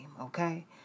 okay